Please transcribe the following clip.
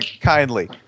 kindly